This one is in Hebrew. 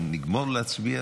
שנגמור להצביע,